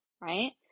right